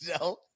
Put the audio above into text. no